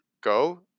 go